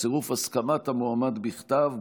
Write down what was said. בצירוף הסכמת המועמד בכתב,